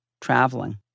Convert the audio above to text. traveling